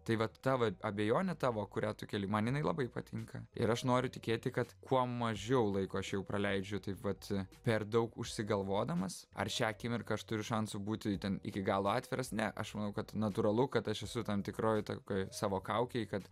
tai vat ta va abejonė tavo kurią tu keli man jinai labai patinka ir aš noriu tikėti kad kuo mažiau laiko aš jau praleidžiu taip vat per daug užsigalvodamas ar šią akimirką aš turiu šansų būti ten iki galo atviras ne aš manau kad natūralu kad aš esu tam tikroj tokioj savo kaukėj kad